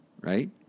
right